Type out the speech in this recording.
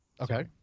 Okay